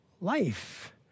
life